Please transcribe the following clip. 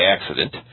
accident